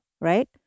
right